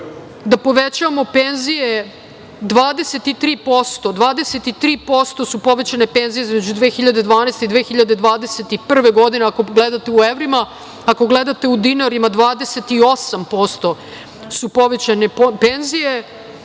da povećavamo penzije 23%. Dakle 23% su povećane penzije između 2012. i 2021. godine, ako gledate u evrima. Ako gledate u dinarima, 28% su povećane penzije